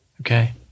Okay